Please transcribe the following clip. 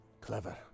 clever